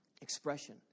Expression